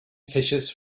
fishes